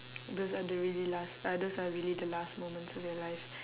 those are the really last uh those are really the last moments of your life